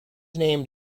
named